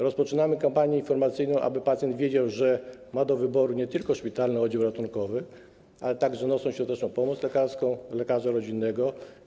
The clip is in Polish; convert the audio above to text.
Rozpoczynamy kampanię informacyjną, aby pacjent wiedział, że ma do wyboru nie tylko szpitalny oddział ratunkowy, ale także nocną i świąteczną pomoc lekarską, lekarza rodzinnego.